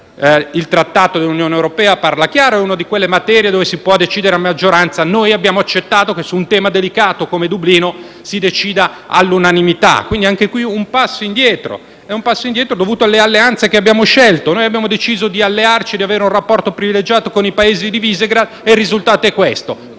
il trattato dell'Unione europea parla chiaro: è una di quelle materie su cui si può decidere a maggioranza. Noi abbiamo accettato che su un tema delicato come Dublino si decida all'unanimità; quindi, anche in questo caso un passo indietro dovuto alle alleanze che abbiamo scelto. Abbiamo deciso di allearci e di avere un rapporto privilegiato con i Paesi di Visegrád e questo